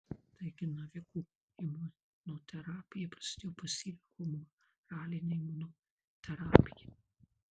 taigi navikų imunoterapija prasidėjo pasyvia humoraline imunoterapija